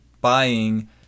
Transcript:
buying